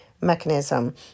mechanism